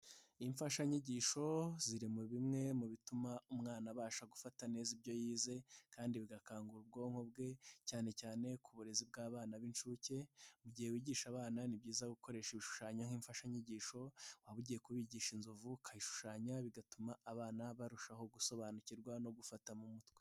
Imfashanyigisho ziri mu bimwe mu bituma umwana abasha gufata neza ibyo yize kandi bigakangura ubwonko bwe, cyane cyane ku burezi bw'abana b'inshuke. Mu gihe wigisha abana ni byiza gukoresha ibishushanyo nk'imfashanyigisho waba ugiye kubigisha inzovu, ukayishushanya bigatuma abana barushaho gusobanukirwa no gufata mu mutwe.